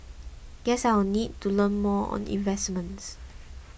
guess I need to learn more on investments